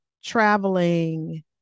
traveling